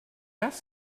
ask